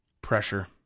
Pressure